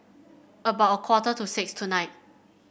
about a quarter to six tonight